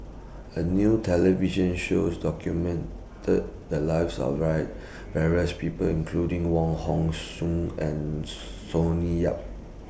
A New television shows documented The Lives of various People including Wong Hong Suen and Sonny Yap